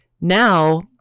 Now